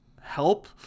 help